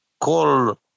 call